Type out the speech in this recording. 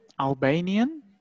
Albanian